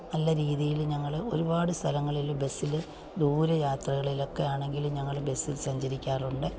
നല്ല രീതിയിൽ ഞങ്ങള് ഒരുപാട് സ്ഥലങ്ങളില് ബസ്സില് ദൂരെയാത്രകളിലൊക്കെയാണെങ്കിലും ഞങ്ങള് ബസ്സിൽ സഞ്ചരിക്കാറുണ്ട്